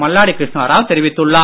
மல்லாடி கிருஷ்ணாராவ் தெரிவித்துள்ளார்